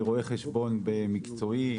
אני רואה חשבון במקצועי.